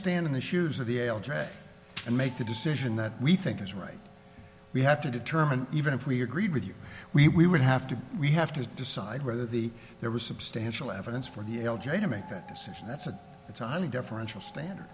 stand in the shoes of the able track and make the decision that we think is right we have to determine even if we agreed with you we would have to we have to decide whether the there was substantial evidence for the l j to make that decision that's a that's a highly deferential standard